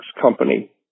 company